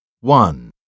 One